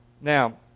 Now